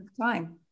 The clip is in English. time